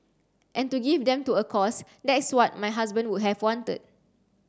and to give them to a cause that's what my husband would have wanted